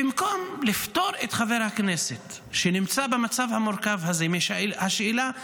במקום לפטור את חבר הכנסת שנמצא במצב המורכב הזה מהשאלה,